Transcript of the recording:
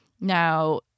Now